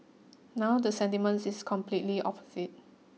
now the sentiment is completely opposite